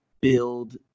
build